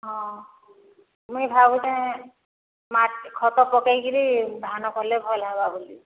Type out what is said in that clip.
ହଁ ମୁଇଁ ଭାବୁଛେ ମାଟି ଖତ ପକାଇକିରି ଧାନ କଲେ ଭଲ ହେବା ବୋଲି